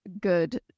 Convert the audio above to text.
good